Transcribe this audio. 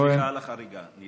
וסליחה על החריגה.